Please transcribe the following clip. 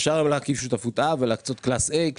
אפשר היום להקים שותפות אב ולהקצות קלאס A,